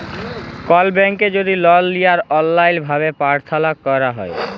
call ব্যাংকে যদি লল লিয়ার অললাইল ভাবে পার্থলা ক্যরা হ্যয়